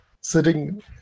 sitting